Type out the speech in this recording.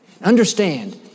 Understand